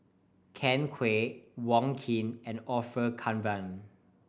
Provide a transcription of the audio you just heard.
Ken Kwek Wong Keen and Orfeur Cavenagh